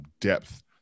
depth